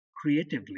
creatively